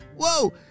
Whoa